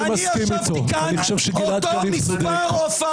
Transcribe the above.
מה זה ה"שכונה"